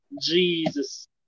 Jesus